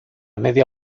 media